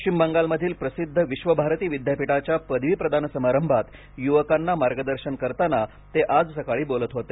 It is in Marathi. पश्चिम बंगालमधील प्रसिद्ध विश्वभारती विद्यापीठाच्या पदवीप्रदान समारंभात युवकांना मार्गदर्शन करताना ते आज सकाळी बोलत होते